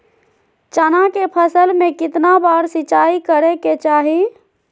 चना के फसल में कितना बार सिंचाई करें के चाहि?